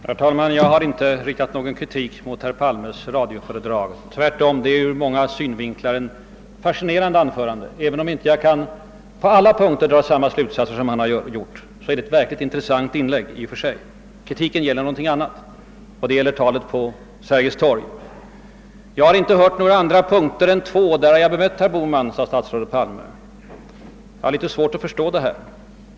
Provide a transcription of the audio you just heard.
Herr talman! Jag har inte riktat någon kritik mot herr Palmes radioföredrag. Tvärtom finner jag det vara ett ur många synvinklar intressant och fascinerande anförande, även om jag inte på alla punkter kan dra samma slutsatser som han. Kritiken gäller någonting annat, nämligen talet på Sergels torg. »Jag har inte hört några andra punkter än två, och i fråga om dem har jag bemött herr Bohman», sade statsrådet Palme. Jag har litet svårt att förstå detta.